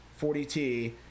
40T